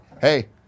Hey